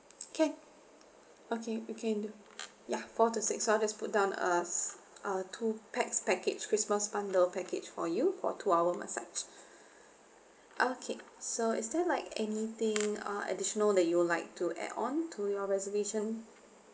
okay okay we can do ya four to six so I'll just put down as uh two pax package christmas bundle package for you for two hour massage okay so is there like anything uh additional that you would like to add on to your reservation